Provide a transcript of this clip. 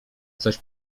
coś